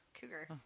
cougar